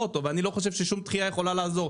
אותו ואני לא חושב ששום דחייה יכולה לעזור,